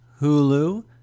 Hulu